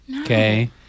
Okay